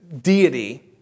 deity